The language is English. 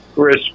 Chris